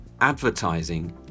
advertising